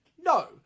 No